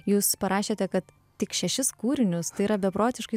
jūs parašėte kad tik šešis kūrinius tai yra beprotiškai